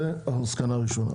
זו המסקנה הראשונה.